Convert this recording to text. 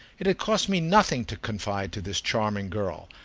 it had cost me nothing to confide to this charming girl,